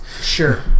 Sure